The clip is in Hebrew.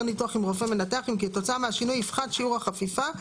ניתוח עם רופא מנתח אם כתוצאה מהשינוי יפחת שיעור החפיפה,